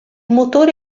motore